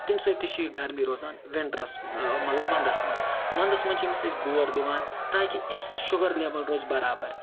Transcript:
تمہِ سۭتۍ تہِ چھِ یہِ گرمی روزان وِنٹرٛس مطلب وَنٛدَس منٛز وَنٛدَس منٛز چھِ أمِس أسۍ گور دِوان تاکہِ أمۍ سٕنٛز شُگر لٮ۪وٕل روزِ برابر